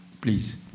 please